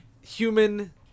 human